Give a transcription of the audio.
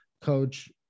coach